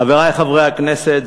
חברי חברי הכנסת,